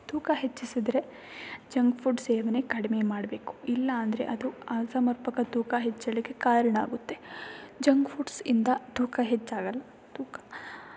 ತೂಕ ಹೆಚ್ಚಿಸಿದರೆ junk food ಸೇವನೆ ಕಡಿಮೆ ಮಾಡಬೇಕು ಇಲ್ಲ ಅಂದರೆ ಅದು ಅಸಮರ್ಪಕ ತೂಕ ಹೆಚ್ಚಳಿಕೆ ಕಾರಣ ಆಗುತ್ತೆ ಜಂಕ್ ಫುಡ್ಸಿಂದ ತೂಕ ಹೆಚ್ಚಾಗೋಲ್ಲ ತೂಕ